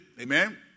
Amen